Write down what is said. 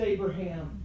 Abraham